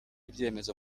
ibyemezo